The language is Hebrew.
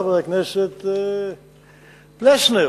חבר הכנסת פלסנר.